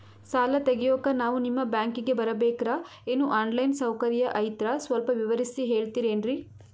ಸಾಲ ತೆಗಿಯೋಕಾ ನಾವು ನಿಮ್ಮ ಬ್ಯಾಂಕಿಗೆ ಬರಬೇಕ್ರ ಏನು ಆನ್ ಲೈನ್ ಸೌಕರ್ಯ ಐತ್ರ ಸ್ವಲ್ಪ ವಿವರಿಸಿ ಹೇಳ್ತಿರೆನ್ರಿ?